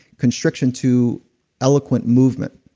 constriction to eloquent movement,